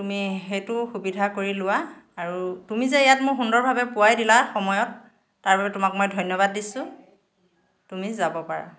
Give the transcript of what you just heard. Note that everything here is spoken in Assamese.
তুমি সেইটো সুবিধা কৰি লোৱা আৰু তুমি যে ইয়াত মোক সুন্দৰভাৱে পোৱাই দিলা সময়ত তাৰ বাবে তোমাক মই ধন্যবাদ দিছোঁ তুমি যাব পাৰা